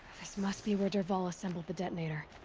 this must be where dervahl assembled the detonator.